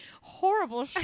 horrible